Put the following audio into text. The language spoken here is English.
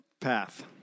path